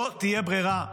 לא תהיה ברירה.